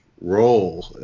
role